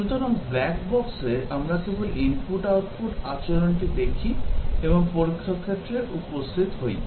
সুতরাং ব্ল্যাক বক্সে আমরা কেবল ইনপুট আউটপুট আচরণটি দেখি এবং পরীক্ষার ক্ষেত্রে উপস্থিত হই